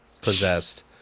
possessed